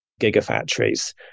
gigafactories